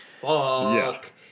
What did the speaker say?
fuck